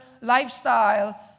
lifestyle